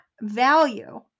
value